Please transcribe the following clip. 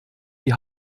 die